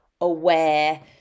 aware